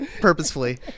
purposefully